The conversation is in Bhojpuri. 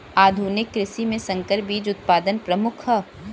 आधुनिक कृषि में संकर बीज उत्पादन प्रमुख ह